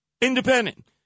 independent